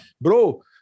bro